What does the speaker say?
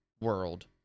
world